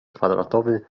kwadratowy